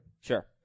Sure